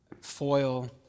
foil